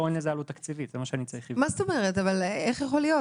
אבל אתה לא יכול.